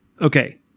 okay